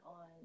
on